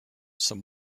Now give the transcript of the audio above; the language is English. some